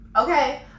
okay